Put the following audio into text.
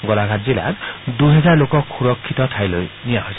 গোলাঘাট জিলাত দুহেজাৰ লোকক সুৰক্ষিত ঠাইলৈ নিয়া হৈছে